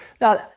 Now